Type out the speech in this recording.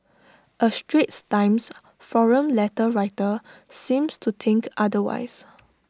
A straits times forum letter writer seems to think otherwise